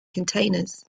containers